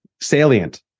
Salient